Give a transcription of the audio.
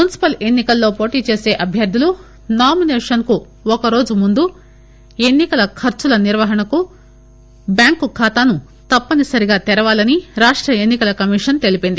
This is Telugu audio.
మున్పిపల్ ఎన్ని కలలో పోటీ చేసే అభ్యర్థులు నామినేషన్కు ఒక రోజు ముందు ఎన్నికల ఖర్చుల నిర్వహణకు బ్యాంకు ఖాతాను తప్పనిసరిగా తెరవాలని రాష్ట ఎన్నికల కమిషన్ తెలిపింది